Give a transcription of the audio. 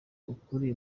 ukuri